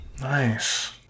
Nice